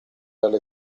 alle